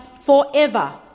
forever